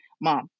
mom